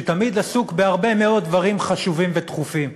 שתמיד עסוק בהרבה מאוד דברים חשובים ודחופים,